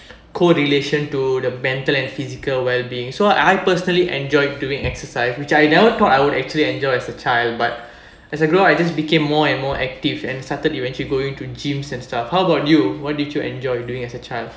co relation to the mental and physical wellbeing so I personally enjoy doing exercise which I never thought I would actually enjoy as a child but as I grew up I just became more and more active and started eventually going to gyms and stuff how about you what did you enjoy doing as a child